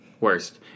worst